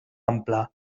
ampla